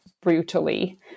brutally